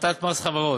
הפחתת מס חברות,